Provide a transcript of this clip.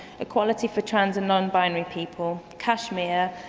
equalities for trance and nonbinary people, kashmir,